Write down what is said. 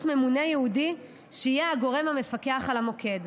ממונה ייעודי שיהיה הגורם המפקח על המוקד.